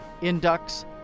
inducts